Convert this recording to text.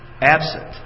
absent